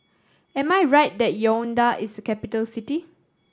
am I right that Yaounde is a capital city